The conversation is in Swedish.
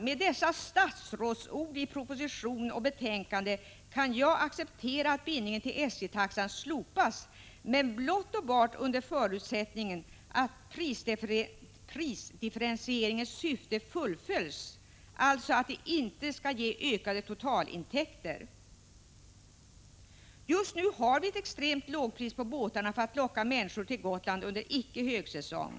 Med dessa statsrådsord i proposition och betänkande kan jag acceptera att bindningen till SJ-taxan slopas, men blott och bart under förutsättning att prisdifferentieringens syfte fullföljs, dvs. att det inte leder till ökade totalintäkter. Just nu har vi ett extremt lågpris på båtarna för att locka människor till Gotland under icke högsäsong.